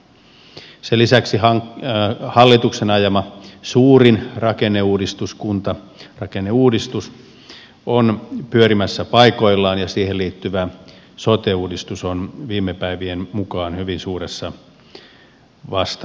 sen lisäksi hallituksen ajama suurin rakenneuudistus kuntarakenneuudistus on pyörimässä paikoillaan ja siihen liittyvä sote uudistus on viime päivien mukaan hyvin suuressa vastatuulessa